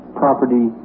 property